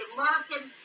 American